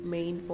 Main